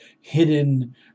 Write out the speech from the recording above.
hidden